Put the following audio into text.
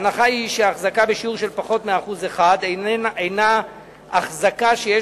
ההנחה היא שההחזקה בשיעור של פחות מ-1% אינה החזקה שיש